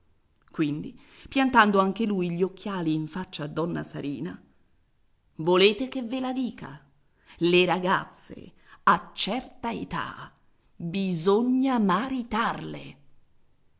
quindi piantando anche lui gli occhiali in faccia a donna sarina volete che ve la dica le ragazze a certa età bisogna maritarle e